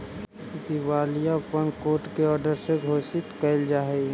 दिवालियापन court order से घोषित कैल जा हई